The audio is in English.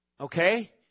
Okay